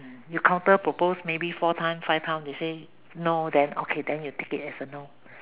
you counter propose maybe four times five times they say no then okay you take it as a no